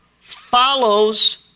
follows